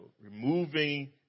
removing